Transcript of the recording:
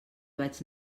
vaig